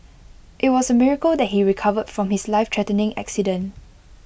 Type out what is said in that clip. IT was A miracle that he recovered from his lifethreatening accident